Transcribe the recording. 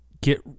get